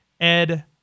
Ed